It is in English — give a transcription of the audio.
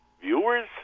Viewers